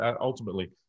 ultimately